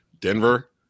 Denver